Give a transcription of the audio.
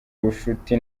ubushuti